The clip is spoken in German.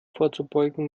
vorzubeugen